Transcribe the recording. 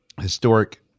historic